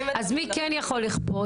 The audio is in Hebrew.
אז מי כן יכול לכפות?